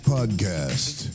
Podcast